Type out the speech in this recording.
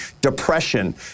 depression